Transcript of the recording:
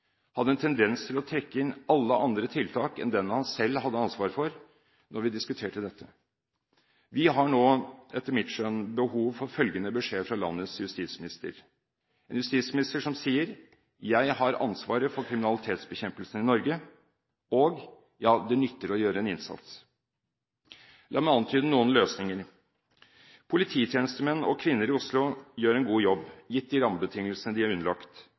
hadde en tendens til å trekke inn alle andre tiltak enn dem han selv hadde ansvar for, når vi diskuterte dette. Vi har nå, etter mitt skjønn, behov for følgende beskjed fra landets justisminister: Jeg har ansvaret for kriminalitetsbekjempelsen i Norge, og det nytter å gjøre en innsats. La meg antyde noen løsninger. Polititjenestemenn og -kvinner i Oslo gjør en god jobb, gitt de rammebetingelsene de er underlagt.